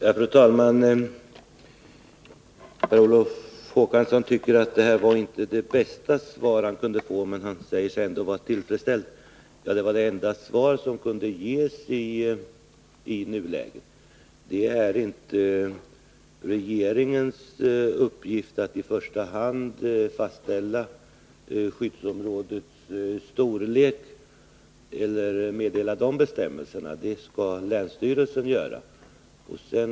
Fru talman! Per Olof Håkansson tycker att detta inte var det bästa svar han kunde få, men han säger sig ändå vara tillfredsställd med det. Jag vill säga att det var det enda svar som kunde ges i nuläget. Det är inte en uppgift för i första hand regeringen att fastställa skyddsområdets storlek eller meddela bestämmelser i det avseendet. Det skall länsstyrelsen göra.